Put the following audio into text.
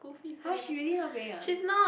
!huh! she really not going ah